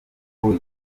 kuko